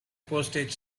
postage